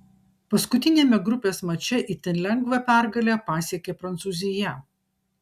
paskutiniame grupės mače itin lengvą pergalę pasiekė prancūzija